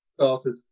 started